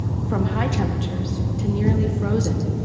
from high temperatures to nearly frozen,